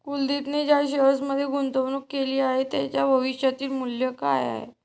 कुलदीपने ज्या शेअर्समध्ये गुंतवणूक केली आहे, त्यांचे भविष्यातील मूल्य काय आहे?